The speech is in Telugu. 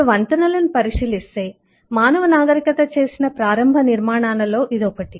మీరు వంతెనలను పరిశీలిస్తే మానవ నాగరికత చేసిన ప్రారంభ నిర్మాణాలలో ఇది ఒకటి